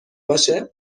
باشه